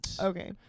Okay